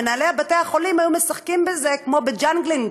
מנהלי בתי החולים היו משחקים בזה כמו בג'גלינג,